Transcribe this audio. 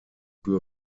für